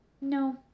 No